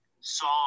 song